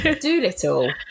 Doolittle